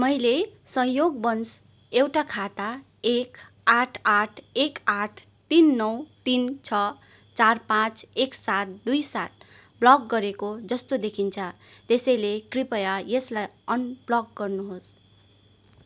मैले संयोगवंश एउटा खाता एक आठ आठ एक आठ तिन नौ तिन छ चार पाँच एक सात दुई सात ब्लक गरेको जस्तो देखिन्छ त्यसैले कृपया यसलाई अनब्लक गर्नुहोस्